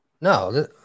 No